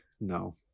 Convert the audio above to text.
No